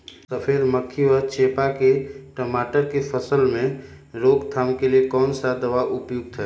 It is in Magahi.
सफेद मक्खी व चेपा की टमाटर की फसल में रोकथाम के लिए कौन सा दवा उपयुक्त है?